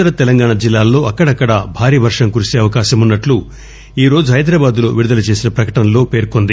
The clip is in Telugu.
ఉత్తర తెలంగాణ జిల్లాల్లో అక్కడక్కడా భారీ వర్షం కురిసే అవకాశమున్సట్లు ఈరోజు హైదరాబాద్ లో విడుదల చేసిన ప్రకటనలో పేర్కొంది